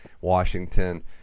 Washington